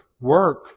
Work